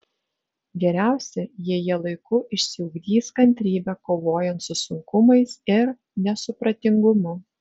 geriausia jei jie laiku išsiugdys kantrybę kovojant su sunkumais ir nesupratingumu